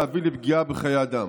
להביא לפגיעה בחיי אדם.